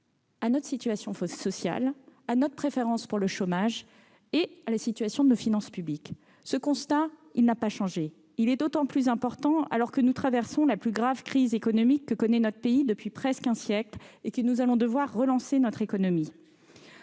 à notre situation sociale, à notre préférence pour le chômage et à l'état de nos finances publiques. Ce constat n'a pas changé. Il est même d'autant plus important que nous traversons la plus grave crise économique que connaît notre pays depuis presque un siècle et que nous allons devoir relancer notre économie.